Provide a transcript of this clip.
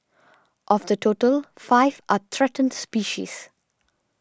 of the total five are threatened species